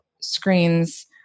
screens